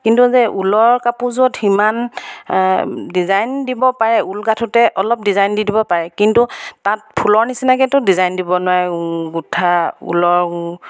কিন্তু যে ঊলৰ কাপোৰযোৰত সিমান ডিজাইন দিব পাৰে ঊল গাঠোঁতে অলপ ডিজাইন দি দিব পাৰে কিন্তু তাত ফুলৰ নিচিনাকেতো ডিজাইন দিব নোৱাৰে গোঠা ঊলৰ